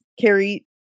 Carrie